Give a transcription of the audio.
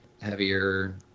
heavier